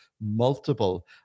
multiple